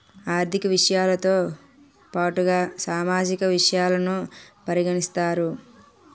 ఆర్థిక విషయాలతో పాటుగా సామాజిక విషయాలను పరిగణిస్తారు